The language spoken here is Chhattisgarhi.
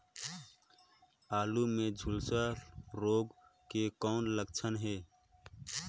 आलू मे झुलसा रोग के कौन लक्षण हे?